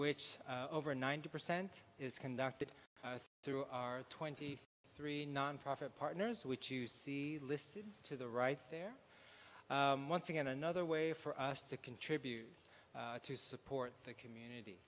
which over ninety percent is conducted through our twenty three nonprofit partners which you see listed to the right there once again another way for us to contribute to support the comm